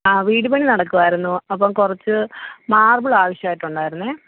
ആ വീട് പണി നടക്കുകയായിരുന്നു അപ്പം കുറച്ച് മാർബിൾ ആവശ്യമായിട്ട് ഉണ്ടായിരുന്നു